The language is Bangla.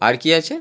আর কী আছে